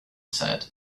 said